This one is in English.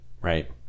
right